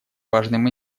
важным